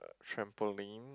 trampoline